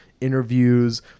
interviews